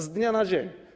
Z dnia na dzień.